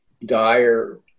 dire